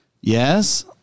Yes